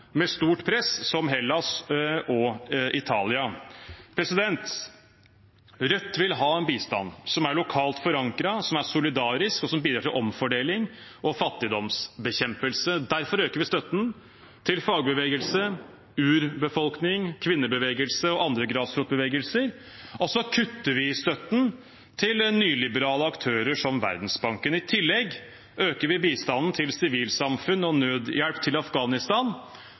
med stort press, som Hellas og Italia. Rødt vil ha en bistand som er lokalt forankret, solidarisk, og som bidrar til omfordeling og fattigdomsbekjempelse. Derfor øker vi støtten til fagbevegelse, urbefolkning, kvinnebevegelse og andre grasrotbevegelser, og så kutter vi i støtten til nyliberale aktører som Verdensbanken. I tillegg øker vi bistanden til sivilsamfunn og nødhjelp til Afghanistan,